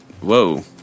Whoa